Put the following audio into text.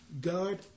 God